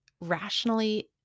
rationally